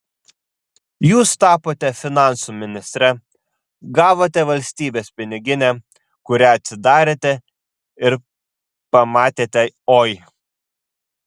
jūs tapote finansų ministre gavote valstybės piniginę kurią atsidarėte ir pamatėte oi